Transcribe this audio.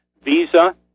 Visa